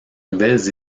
nouvelles